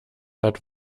hat